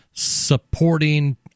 Supporting